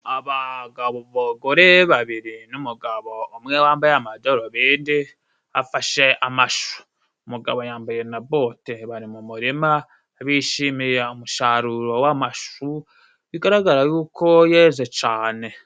Abagore babiri n'umugabo umwe wambaye amadarubindi, afashe amashu. Umugabo yambaye nabote bari mu murima bishimiye umusaruro w'amashu, bigaragara yuko yeze cane.